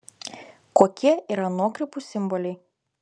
kokie yra nuokrypų simboliai